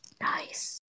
nice